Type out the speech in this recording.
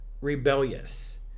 Rebellious